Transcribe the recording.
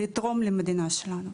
לתרום למדינה שלנו.